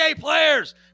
players